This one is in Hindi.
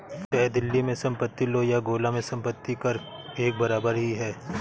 चाहे दिल्ली में संपत्ति लो या गोला में संपत्ति कर एक बराबर ही है